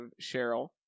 Cheryl